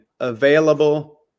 Available